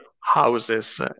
houses